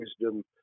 wisdom